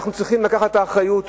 אנחנו צריכים לקחת את האחריות